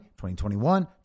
2021